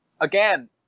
again